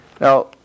Now